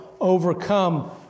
overcome